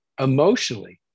emotionally